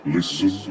Listen